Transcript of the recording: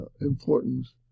importance